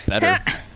Better